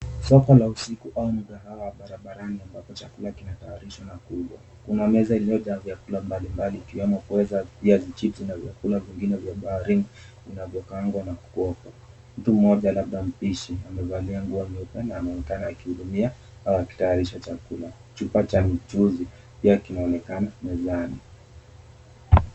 Soko la usiku au mgahawa wa barabarani ambapo chakula kinatayarishwa na kuuzwa. Kuna meza iliyojaa vyakula mbalimbali ikiwemo pweza, viazi chipsi na vyakula vingine vya baharini vinavyokaangwa na kukuoku. Mtu mmoja labda mpishi amevalia nguo nyeupe na anaonekana akihudumia au akitayarisha chakula. Chupa cha mchuzi pia kinaonekana mezani.